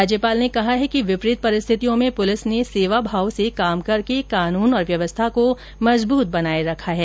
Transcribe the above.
राज्यपाल ने कहा है कि विपरीत परिस्थितियों में पुलिस ने सेवा भाव से कार्य करके कानून और व्यवस्था को मजबूत बनाए रखा है